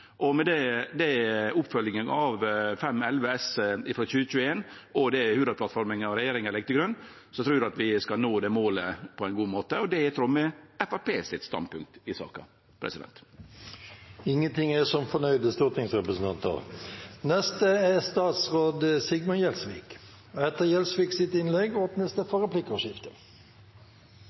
lønsamt. Med oppfølginga av Innst. 511 S for 2020–2021 og det som Hurdalsplattforma og regjeringa legg til grunn, trur eg vi skal klare å nå det målet på ein god måte. Og det er i tråd med standpunktet til Framstegspartiet i saka. Ingenting er som fornøyde stortingsrepresentanter. For Senterpartiet og regjeringen er det et hovedprosjekt å bidra til å utvikle hele Norge og legge til rette for